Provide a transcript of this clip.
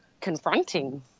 confronting